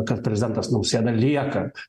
kad prezidentas nausėda lieka